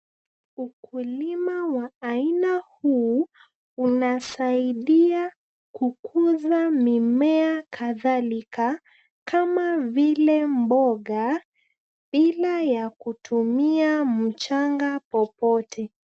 Ukulima wa aina huu, unasaidia kukuza mimea kadhalika kama vile mboga bila ya kutumia mchanga popote.